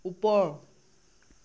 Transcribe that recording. ওপৰ